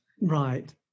Right